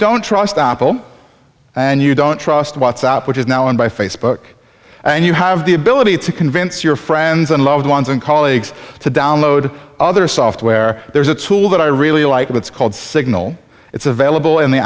don't trust apple and you don't trust what's out which is now owned by facebook and you have the ability to convince your friends and loved ones and colleagues to download other software there's a tool that i really like it's called signal it's available in the